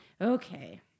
Okay